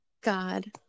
God